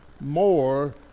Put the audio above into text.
more